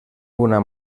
una